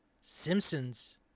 Simpsons